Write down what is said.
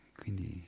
quindi